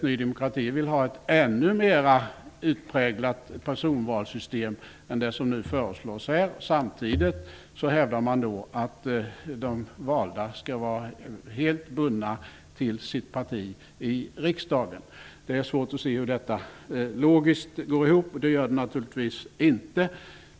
Ny demokrati vill ha ett ännu mera utpräglat personvalssystem än det som nu föreslås. Samtidigt hävdar man att de valda skall vara helt bundna till sitt parti i riksdagen. Det är svårt att se hur detta går ihop logiskt -- det gör det naturligtvis inte.